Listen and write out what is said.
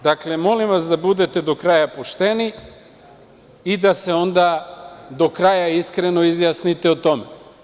Dakle, molim vas da budete do kraja pošteni i da se onda do kraja i iskreno izjasnite o tome.